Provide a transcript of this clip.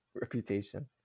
reputation